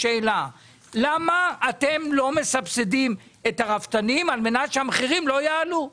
למה אתם לא מסבסדים את הרפתנים על מנת שהמחירים לא יעלו?